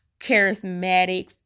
charismatic